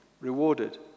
rewarded